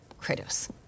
Kratos